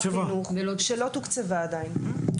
חינוך שלא תוקצבה עדיין.